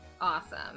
Awesome